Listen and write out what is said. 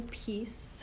peace